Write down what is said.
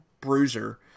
bruiser